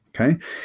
Okay